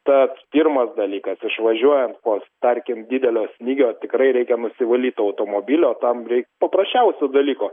tad pirmas dalykas išvažiuojant po tarkim didelio snygio tikrai reikia nusivalyt automobilį o tam reik paprasčiausio dalyko